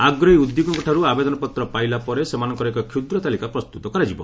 ଆଗ୍ରହୀ ଉଦ୍ୟୋଗୀଙ୍କଠାରୁ ଆବେଦନପତ୍ର ପାଇଲା ପରେ ସେମାନଙ୍କର ଏକ କ୍ଷୁଦ୍ର ତାଲିକା ପ୍ରସ୍ତୁତ କରାଯିବ